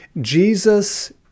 Jesus